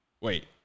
Wait